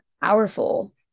powerful